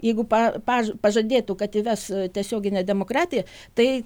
jeigu pa paž pažadėtų kad įves tiesioginę demokratiją tai